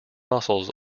mussels